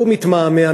הוא מתמהמה,